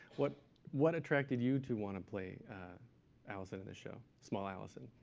what what attracted you to want to play alison in the show, small alison?